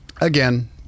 again